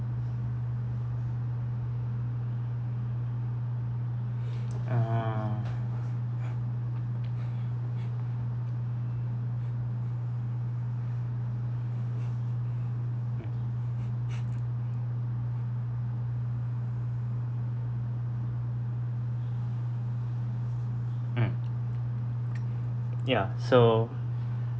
uh mm ya so